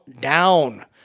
down